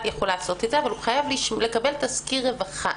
יכול לעשות את זה אבל הוא חייב לקבל תסקיר רווחה,